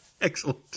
Excellent